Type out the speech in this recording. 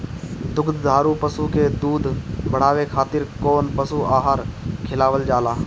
दुग्धारू पशु के दुध बढ़ावे खातिर कौन पशु आहार खिलावल जाले?